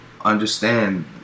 understand